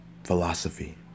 philosophy